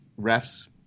refs